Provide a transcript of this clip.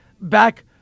back